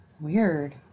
Weird